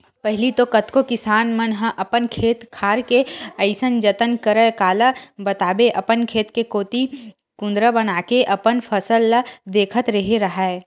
पहिली तो कतको किसान मन ह अपन खेत खार के अइसन जतन करय काला बताबे अपन खेत कोती कुदंरा बनाके अपन फसल ल देखत रेहे राहय